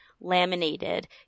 laminated